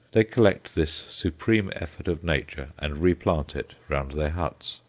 they collect this supreme effort of nature and replant it round their huts.